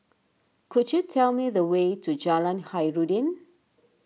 could you tell me the way to Jalan Khairuddin